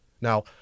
Now